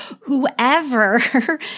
whoever